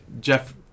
Jeff